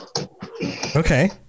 okay